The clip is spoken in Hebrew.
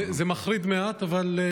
זה מחריד מעט, אבל: